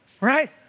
right